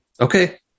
Okay